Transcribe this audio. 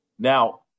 Now